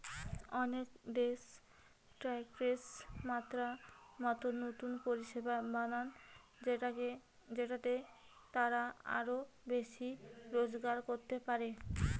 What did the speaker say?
অনেক দেশ ট্যাক্সের মাত্রা মতো নতুন পরিষেবা বানায় যেটাতে তারা আরো বেশি রোজগার করতে পারে